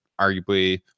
arguably